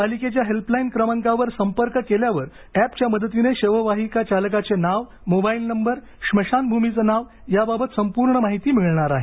पालिकेच्या हेल्पलाइन क्रमांकावर संपर्क केल्यावर एपच्या मदतीने शववाहिका चालकाचे नाव मोबाइल नंबर स्मशानभूमीचं नाव याबाबत संपूर्ण माहिती मिळणार आहे